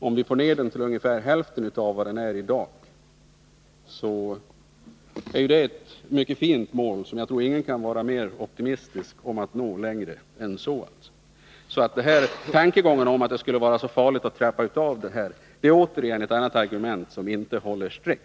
Om vi får ned den till ungefär hälften av vad den är i dag är det mycket bra. Jag tror ingen kan vara optimistisk nog att hoppas på att nå längre än så. Påståendet att det skulle vara så farligt att trappa av den här subventionen är alltså ännu ett argument som inte håller streck.